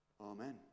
Amen